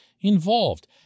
involved